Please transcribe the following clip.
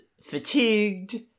fatigued